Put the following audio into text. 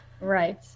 Right